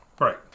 Right